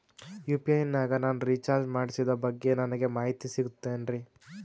UPI ನಾಗ ನಾನು recharge ಮಾಡಿಸಿದ ಬಗ್ಗೆ ನನಗೆ ಮಾಹಿತಿ ಸಿಗುತೇನ್ರೀ?